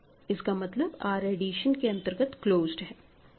इसका मतलब R addition के अंतर्गत क्लोज्ड है